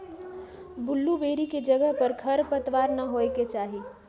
blueberry के जगह पर खरपतवार न होए के चाहि